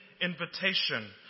invitation